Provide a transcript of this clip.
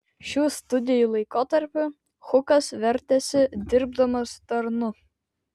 šių studijų laikotarpiu hukas vertėsi dirbdamas tarnu